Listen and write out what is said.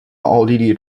奥地利